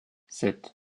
sept